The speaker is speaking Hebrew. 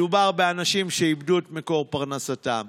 מדובר באנשים שאיבדו את מקור פרנסתם.